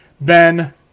Ben